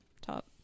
top